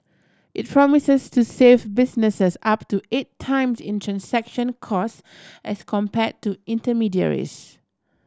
it promises to save businesses up to eight times in transaction cost as compare to intermediaries